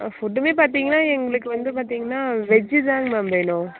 ஃபுட்டுமே பார்த்திங்கன்னா எங்களுக்கு வந்து பார்த்திங்கன்னா வெஜ்ஜு தான்ங்க மேம் வேணும்